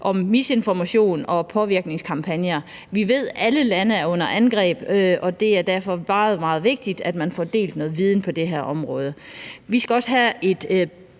misinformation og påvirkningskampagner. Vi ved, at alle lande er under angreb, og det er derfor meget, meget vigtigt, at man får delt noget viden på det her område. Vi skal også have et